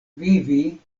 vivi